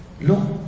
look